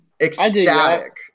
ecstatic